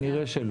נראה שלא.